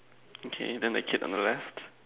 okay then the kid on the left